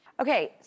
Okay